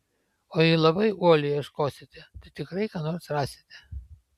o jei labai uoliai ieškosite tai tikrai ką nors rasite